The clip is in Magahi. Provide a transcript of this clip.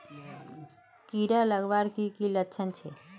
कीड़ा लगवार की की लक्षण छे?